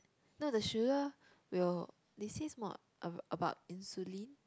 no the sugar will they says more a~ about insulin